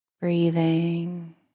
breathing